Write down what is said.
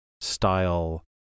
style